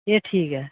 ए ठीक ऐ